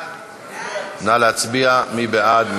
נא להצביע, מי בעד?